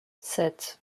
sept